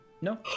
no